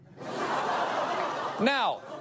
Now